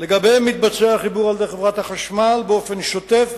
לגביהם החיבור מתבצע על-ידי חברת החשמל באופן שוטף,